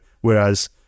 whereas